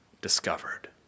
discovered